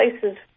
places